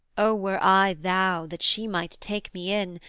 o were i thou that she might take me in,